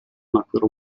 nacquero